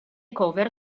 cover